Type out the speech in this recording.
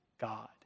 God